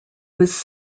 was